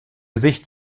gesicht